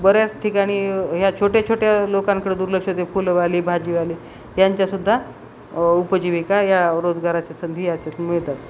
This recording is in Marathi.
बऱ्याच ठिकाणी ह्या छोट्या छोट्या लोकांकडे दुर्लक्षित फुलंवाली भाजीवाली यांच्यासुद्धा उपजीविका या रोजगाराच्या संधी यात मिळतात